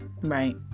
Right